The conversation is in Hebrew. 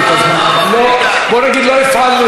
אה, לא ידעתי.